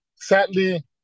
Sadly